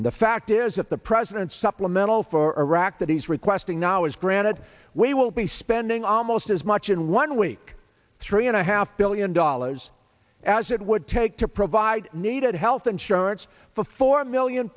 and the fact is that the president supplemental for iraq that he's requesting now is granted we will be spending almost as much in one week three and a half billion dollars as it would take to provide needed health insurance for four million